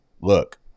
look